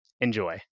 Enjoy